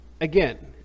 again